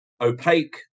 opaque